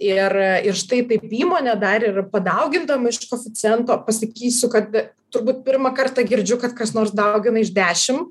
ir ir štai taip įmonė dar ir padaugindama iš koeficiento pasakysiu kad turbūt pirmą kartą girdžiu kad kas nors daugina iš dešim